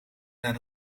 naar